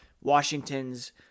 Washington's